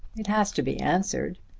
it has to be answered.